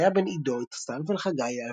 זכריה בן עדו הצטרף אל חגי,